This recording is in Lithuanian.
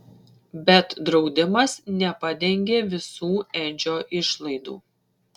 bet draudimas nepadengė visų edžio išlaidų